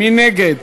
מי נגד?